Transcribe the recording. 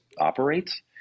operates